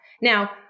Now